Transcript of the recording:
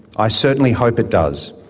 i certainly hope it does.